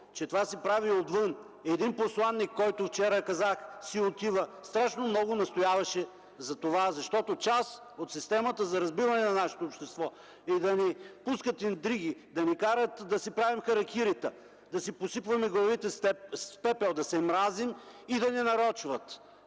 че това се прави отвън. Един посланик, който вчера казах, че си отива, страшно много настояваше за това, защото част от системата за разбиване на нашето общество е да ни пускат интриги, да ни карат да си правим харакирита, да си посипваме главите с пепел, да се мразим и да ни нарочват,